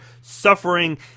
suffering